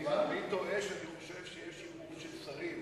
אני טועה כשאני חושב שיש רוב של שרים